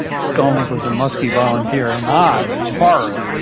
skolnik was a muskie volunteer and i horror!